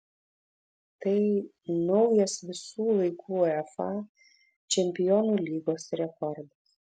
tai naujas visų laikų uefa čempionų lygos rekordas